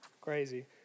Crazy